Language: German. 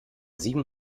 sieben